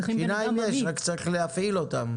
שיניים יש רק צריך להפעיל אותם.